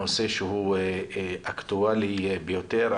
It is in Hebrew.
נושא שהוא אקטואלי ביותר.